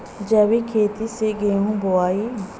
जैविक खेती से गेहूँ बोवाई